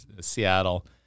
Seattle